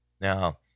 Now